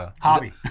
hobby